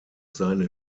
seine